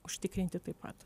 užtikrinti taip pat